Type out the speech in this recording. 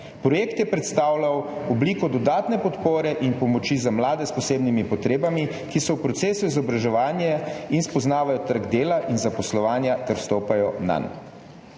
Projekt je predstavljal obliko dodatne podpore in pomoči za mlade s posebnimi potrebami, ki so v procesu izobraževanja in spoznavajo trg dela in zaposlovanja ter vstopajo nanj.